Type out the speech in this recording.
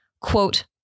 quote